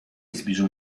zbliżył